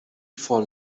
for